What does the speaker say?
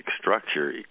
structure